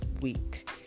week